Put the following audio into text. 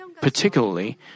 particularly